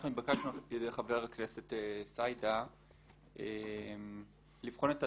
אנחנו נתבקשנו על ידי חבר הכנסת סידה לבחון את התקנים,